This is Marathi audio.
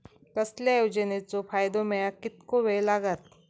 कसल्याय योजनेचो फायदो मेळाक कितको वेळ लागत?